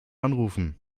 anrufen